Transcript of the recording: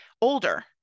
older